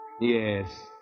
Yes